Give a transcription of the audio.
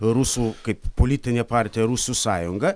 rusų kaip politinė partija rusų sąjunga